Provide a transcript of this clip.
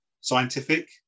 scientific